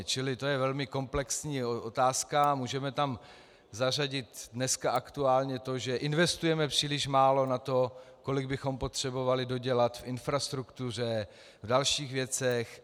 To je velmi komplexní otázka a můžeme tam zařadit dneska aktuálně to, že investujeme příliš málo na to, kolik bychom potřebovali dodělat v infrastruktuře, v dalších věcech.